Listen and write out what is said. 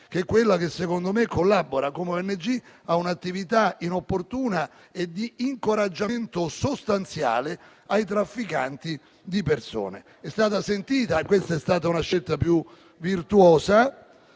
che è quella ONG che - secondo me - collabora a un'attività inopportuna e di incoraggiamento sostanziale dei trafficanti di persone. È stata sentita - e questa è stata una scelta più virtuosa